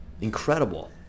Incredible